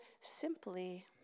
simply